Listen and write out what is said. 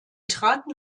traten